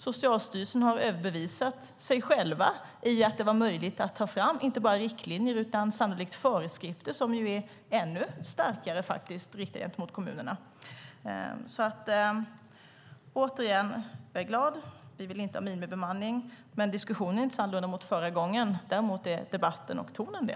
Socialstyrelsen har överbevisat sig själv om att det var möjligt att ta fram inte bara riktlinjer utan sannolikt också föreskrifter, som faktiskt är ännu starkare gentemot kommunerna. Återigen: Jag är glad. Vi vill inte ha minimibemanning. Diskussionen är inte så annorlunda mot förra gången. Däremot är debatten och tonen det.